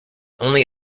only